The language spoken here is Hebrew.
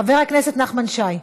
חבר הכנסת נחמן שי,